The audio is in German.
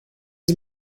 sie